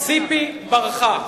ציפי ברחה.